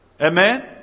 Amen